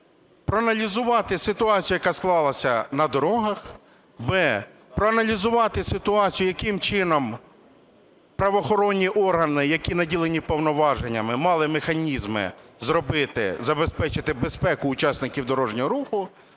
проаналізувати ситуацію, яка склалася на дорогах; б) проаналізувати ситуацію, яким чином правоохоронні органи, які наділені повноваженнями, мали механізми зробити, забезпечити безпеку учасників дорожнього руху;